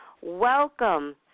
Welcome